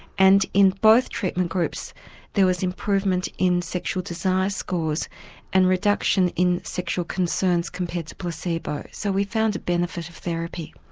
and in both treatment groups there was improvement in sexual desire scores and reduction in sexual concerns compared to placebo. so we found a benefit of therapy.